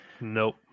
Nope